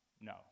No